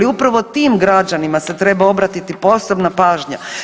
Upravo tim građanima se treba obratiti posebna pažnja.